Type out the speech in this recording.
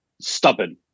stubborn